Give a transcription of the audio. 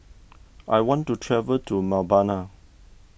I want to travel to Mbabana